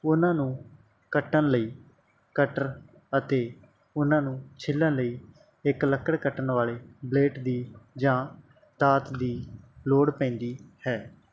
ਉਹਨਾਂ ਨੂੰ ਕੱਟਣ ਲਈ ਕਟਰ ਅਤੇ ਉਨਾਂ ਨੂੰ ਛਿਲਣ ਲਈ ਇੱਕ ਲੱਕੜ ਕੱਟਣ ਵਾਲੇ ਬਲੇਟ ਦੀ ਜਾਂ ਦਾਤ ਦੀ ਲੋੜ ਪੈਂਦੀ ਹੈ